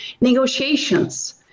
negotiations